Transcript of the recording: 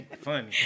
Funny